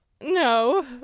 No